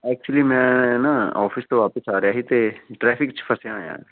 actually ਮੈਂ ਨਾ office ਤੋਂ ਵਾਪਿਸ ਆ ਰਿਹਾ ਸੀ ਅਤੇ ਟ੍ਰੈਫਿਕ 'ਚ ਫਸਿਆ ਹੋਇਆ